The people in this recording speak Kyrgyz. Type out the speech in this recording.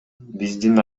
биздин